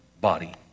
body